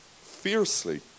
fiercely